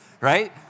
Right